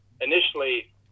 initially